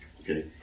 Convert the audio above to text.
Okay